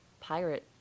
pirate